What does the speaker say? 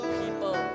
people